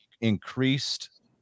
increased